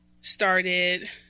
started